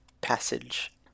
passage